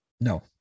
no